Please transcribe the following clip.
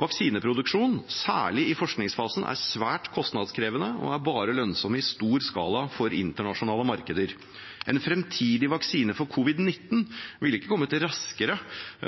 Vaksineproduksjon – særlig i forskningsfasen – er svært kostnadskrevende og er bare lønnsom i stor skala for internasjonale markeder. En fremtidig vaksine for covid-19 ville ikke kommet raskere,